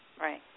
Right